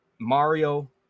Mario